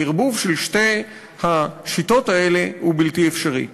הערבוב של שתי השיטות האלה הוא בלתי אפשרי.